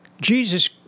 Jesus